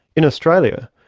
in australia,